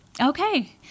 Okay